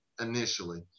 initially